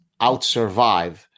outsurvive